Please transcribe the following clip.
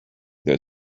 their